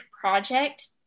project